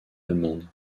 allemande